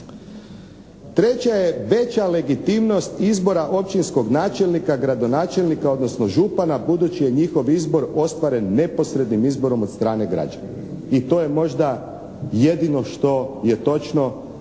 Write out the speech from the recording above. Treće je veća legitimnost izbora općinskog načelnika, gradonačelnika, odnosno župana budući je njihov izbor ostvaren neposrednim izborom od strane građana i to je možda jedino što je točno,